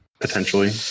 potentially